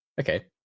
Okay